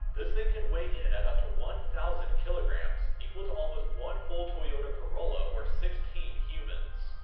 this thing can weigh in at up to one thousand kilogram, equal to almost one full toyota corolla or sixteen humans.